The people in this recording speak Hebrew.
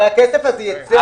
הרי הכסף הזה ייצא.